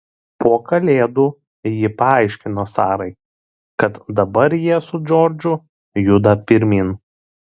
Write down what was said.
po kalėdų ji paaiškino sarai kad dabar jie su džordžu juda pirmyn